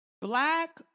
black